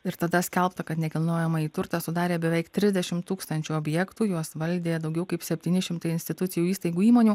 ir tada skelbta kad nekilnojamąjį turtą sudarė beveik trisdešim tūkstančių objektų juos valdė daugiau kaip septyni šimtai institucijų įstaigų įmonių